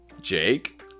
Jake